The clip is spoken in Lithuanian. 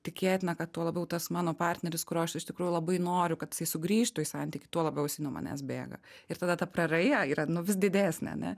tikėtina kad tuo labiau tas mano partneris kurio aš iš tikrųjų labai noriu kad jisai sugrįžtų į santykį tuo labiau jisai nuo manęs bėga ir tada ta praraja yra nu vis didesnė ane